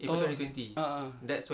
oh ah ah